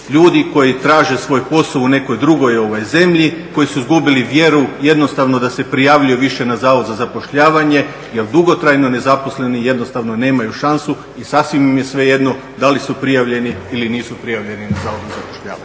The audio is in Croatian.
ljudi koji traže svoj posao u nekoj drugoj zemlji, koji su izgubili vjeru jednostavno da se prijavljuju više na zavod za zapošljavanje jer dugotrajno nezaposleni jednostavno nemaju šansu i sasvim im je svejedno da li su prijavljeni ili nisu prijavljeni na zavodu za zapošljavanje.